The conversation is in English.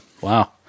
Wow